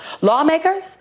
Lawmakers